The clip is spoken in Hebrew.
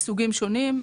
מסוגים שונים.